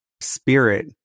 spirit